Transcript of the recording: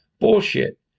Bullshit